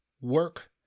work